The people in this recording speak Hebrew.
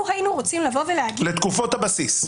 לו היינו רוצים לבוא ולהגיד --- בתקופות הבסיס.